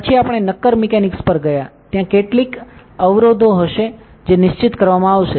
પછી આપણે નક્કર મિકેનિક્સ પર ગયા ત્યાં કેટલીક અવરોધો હશે જે નિશ્ચિત કરવામાં આવશે